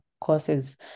courses